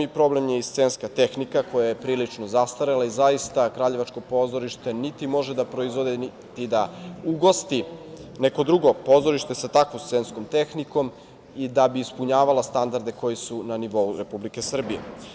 Problem je i scenska tehnika koja je prilično zastarela i zaista kraljevačko pozorište niti može da proizvede, niti da ugosti neko drugo pozorište sa takvom scenskom tehnikom da bi ispunjavala standarde koji su na nivou Republike Srbije.